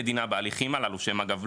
בהליכים הללו שהם אגב,